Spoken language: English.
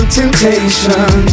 temptation